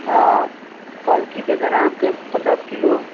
पालकी दे देना हम तो पचास किलो